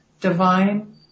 divine